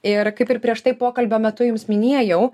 ir kaip ir prieš tai pokalbio metu jums minėjau